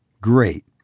great